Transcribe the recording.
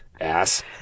Ass